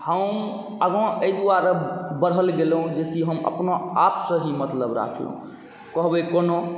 हम आगाँ एहि दुआरे बढ़ल गेलहुँ जेकि हम अपना आपसँ ही मतलब राखलहुँ कहबै कोना